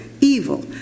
Evil